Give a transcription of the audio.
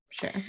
Sure